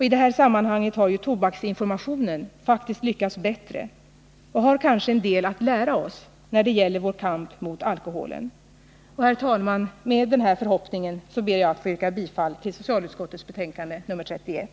I det sammanhanget har ju tobaksinformationen faktiskt lyckats bättre och har kanske en del att lära oss när det gäller vår kamp mot alkoholen. Herr talman! Med den förhoppningen ber jag att få yrka bifall till socialutskottets hemställan i betänkandet nr 31.